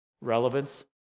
relevance